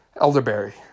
elderberry